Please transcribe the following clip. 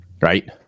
right